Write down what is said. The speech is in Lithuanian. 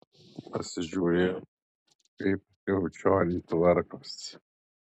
pasižiūrėjau kaip kriaučioniai tvarkosi